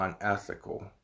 unethical